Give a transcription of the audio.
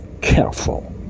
careful